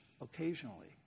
occasionally